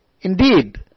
Indeed